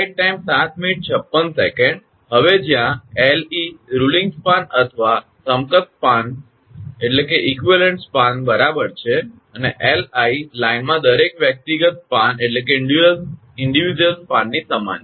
હવે જ્યાં 𝐿𝑒 ruling span અથવા સમકક્ષ સ્પાન બરાબર છે અને 𝐿𝑖 લાઇનમાં દરેક વ્યક્તિગત સ્પાનની સમાન છે